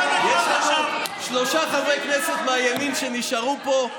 יש לנו שלושה חברי כנסת מהימין שנשארו פה,